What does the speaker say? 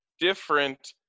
different